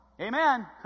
Amen